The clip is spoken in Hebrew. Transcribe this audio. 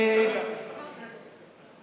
תן לאחרים לשבח אותך.